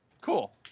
Cool